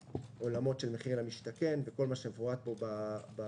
עולמות של מחיר למשתכן וכל מה שמפורט פה בשקף.